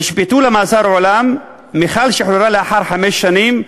ונשפטו למאסר עולם, מיכל שוחררה לאחר חמש שנים,